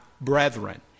brethren